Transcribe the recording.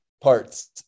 parts